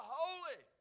holy